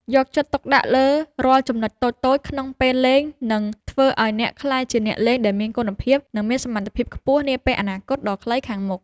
យកចិត្តទុកដាក់លើរាល់ចំណុចតូចៗក្នុងពេលលេងនឹងធ្វើឱ្យអ្នកក្លាយជាអ្នកលេងដែលមានគុណភាព និងមានសមត្ថភាពខ្ពស់នាពេលអនាគតដ៏ខ្លីខាងមុខ។